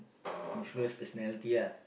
influence personality lah